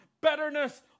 bitterness